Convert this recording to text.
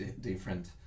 different